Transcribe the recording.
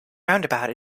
roundabout